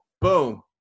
boom